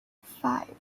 five